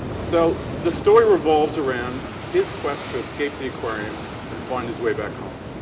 so the story revolves around his quest to escape the aquarium and find his way back home.